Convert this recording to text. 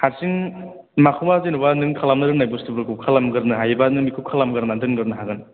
हारसिं माखौबा जेनेबा नों खालामनो रोंनाय बुस्थुफोरखौ खालामग्रोनो हायोबा नों बेखौ खालामग्रोनानै दोनग्रोनो हागोन